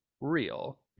real